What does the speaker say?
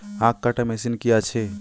আখ কাটা মেশিন কি আছে?